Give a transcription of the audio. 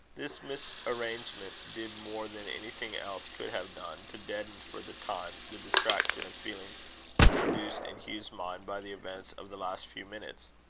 this misarrangement did more than anything else could have done, to deaden for the time the distraction of feeling produced in hugh's mind by the events of the last few minutes.